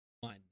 one